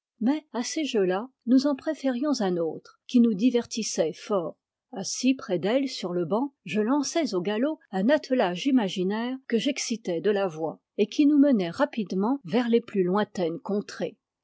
mais à ces jeux là nous en préférions un autre qui nous divertissait fort assis près d'elle sur le banc je lançais au galop un attelage imaginaire que j'excitais de la voix et qui nous menait rapidement vers les plus lointaines contrées